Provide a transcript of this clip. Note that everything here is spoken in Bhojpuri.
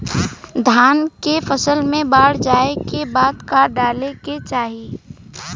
धान के फ़सल मे बाढ़ जाऐं के बाद का डाले के चाही?